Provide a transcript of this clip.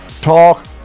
Talk